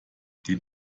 den